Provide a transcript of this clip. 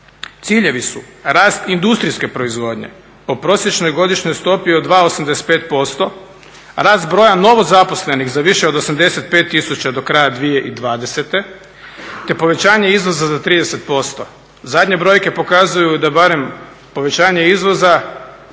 Ciljevi su rast industrijske proizvodnje po prosječnoj godišnjoj stopi od 2,85%. Rast broja novozaposlenih za više od 85000 do kraja 2020, te povećanje izvoza za 30%. Zadnje brojke pokazuju da barem povećanje izvoza